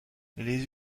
les